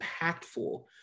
impactful